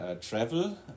travel